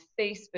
Facebook